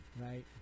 right